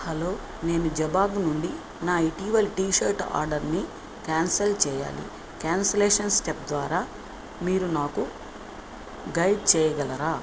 hello నేను Jabong నుండి నా ఇటీవల టీషర్ట్ ఆర్డర్ని కాన్సల్ చేయాలి కాన్సిలేషన్ స్టెప్ ద్వారా మీరు నాకు గైడ్ చేయగలరా